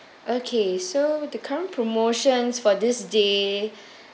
okay so the current promotions for this day